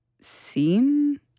seen